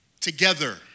together